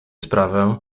sprawę